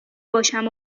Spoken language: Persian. باشم